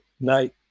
night